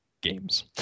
Games